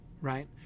right